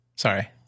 Sorry